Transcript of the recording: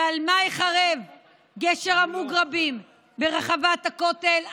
ועל מה ייחרב גשר המוגרבים ברחבת הכותל?